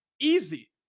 easy